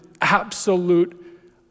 absolute